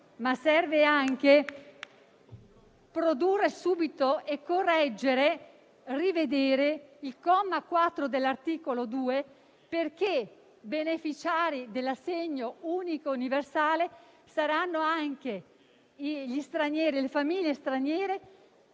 ma serve anche produrre subito e correggere e rivedere il comma 4 dell'articolo 2, perché beneficiari e dell'assegno unico universale saranno anche le famiglie straniere